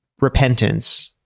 repentance